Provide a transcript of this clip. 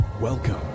Welcome